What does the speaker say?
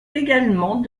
également